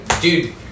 dude